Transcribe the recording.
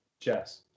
Jess